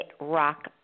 rock